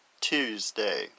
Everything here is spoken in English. Tuesday